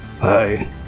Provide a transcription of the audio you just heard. Hi